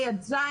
ה' עד ז',